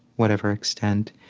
whatever extent.